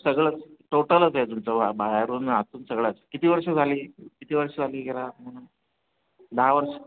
सगळंच टोटलच आहे तुमचं बाहेरून आतून सगळंच किती वर्ष झाली किती वर्ष झाली घराला म्हणून दहा वर्ष